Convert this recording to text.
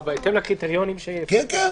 כן.